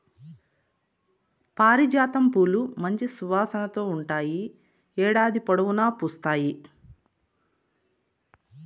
పారిజాతం పూలు మంచి సువాసనతో ఉంటాయి, ఏడాది పొడవునా పూస్తాయి